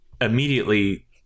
immediately